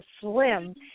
slim